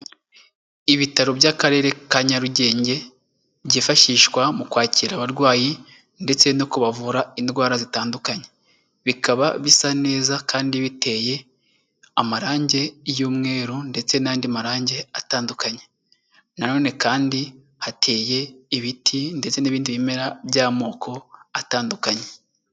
Ibitaro by'Akarere ka Nyarugenge, byifashishwa mu kwakira abarwayi, ndetse no kubavura indwara zitandukanye. Bikaba bisa neza kandi biteye, amarangi y'umweru ndetse n'andi marangi atandukanye. Na none kandi hateye ibiti ndetse n'ibindi bimera by'amoko atandukanye.